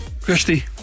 Christy